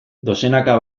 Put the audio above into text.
dozenaka